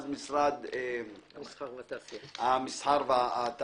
אז משרד המסחר והתעשייה.